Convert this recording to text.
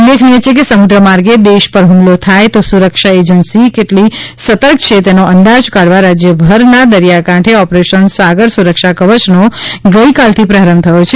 ઉલ્લેખનીય છે કે સમુદ્ર માર્ગે દેશ પર હ્મલો થાય તો સુરક્ષા એજન્સી કેટલી સતર્ક છે તેનો અંદાજ કાઢવા રાજ્યભરના દરિયાકાંઠે ઓપરેશન સાગર સુરક્ષા કવચનો ગઇકાલથી પ્રારંભ થયો છે